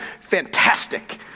fantastic